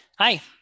Hi